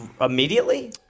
Immediately